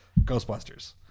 Ghostbusters